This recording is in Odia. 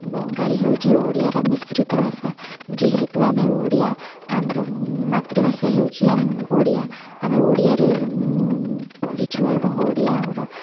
ବଙ୍ଗାଳୀ ହେଉଛି ଓଡ଼ିଆର ମିଶ୍ରିତ ଭାଷା ଯେହେତୁ ଆମେ ଓଡ଼ିଆ ଆମର ମାତୃଭାଷା ହେଉଛି ଆମ୍ ଓଡ଼ିଆ ଆମେ ଓଡ଼ିଆରେ ପଢ଼ିଛୁ ଏବଂ ଓଡ଼ିଆ ଆମର